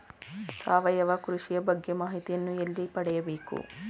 ಸಾವಯವ ಕೃಷಿಯ ಬಗ್ಗೆ ಮಾಹಿತಿಯನ್ನು ಎಲ್ಲಿ ಪಡೆಯಬೇಕು?